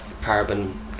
carbon